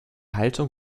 haltung